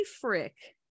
Frick